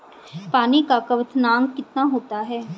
पानी का क्वथनांक कितना होता है?